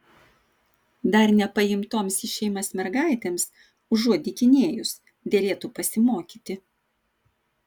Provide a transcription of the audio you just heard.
dar nepaimtoms į šeimas mergaitėms užuot dykinėjus derėtų pasimokyti